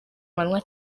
manywa